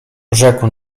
rzekł